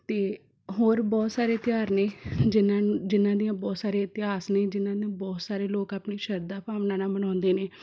ਅਤੇ ਹੋਰ ਬਹੁਤ ਸਾਰੇ ਤਿਉਹਾਰ ਨੇ ਜਿਨ੍ਹਾਂ ਜਿਨ੍ਹਾਂ ਦੀਆਂ ਬਹੁਤ ਸਾਰੇ ਇਤਿਹਾਸ ਨੇ ਜਿਨ੍ਹਾਂ ਨੂੰ ਬਹੁਤ ਸਾਰੇ ਲੋਕ ਆਪਣੀ ਸ਼ਰਧਾ ਭਾਵਨਾ ਨਾਲ਼ ਮਨਾਉਂਦੇ ਨੇ